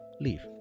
leave